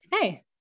hey